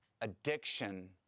addiction